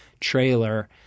trailer